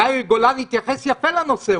יאיר גולן התייחס יפה לנושא.